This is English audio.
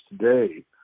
today